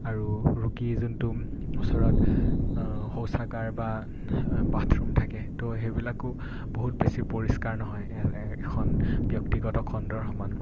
আৰু ৰোগীৰ যোনটো ওচৰত শৌচাগাৰ বা বাথৰুম থাকে তৌ সেইবিলাকো বহুত বেছি পৰিষ্কাৰ নহয় এ এখন ব্যক্তিগত খণ্ডৰ সমান